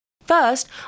First